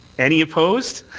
any opposed?